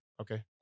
Okay